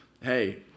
hey